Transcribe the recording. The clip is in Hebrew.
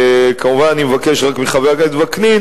וכמובן, אני רק מבקש מחבר הכנסת וקנין